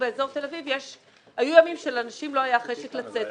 באזור תל אביב היו ימים שלאנשים לא היה חשק לצאת.